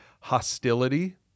hostility